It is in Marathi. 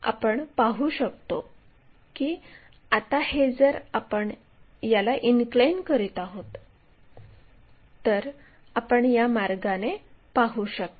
आपण पाहू शकतो की आता हे जर आपण याला इनक्लाइन करत आहोत तर आपण या मार्गाने पाहू शकता